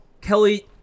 Kelly